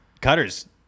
Cutter's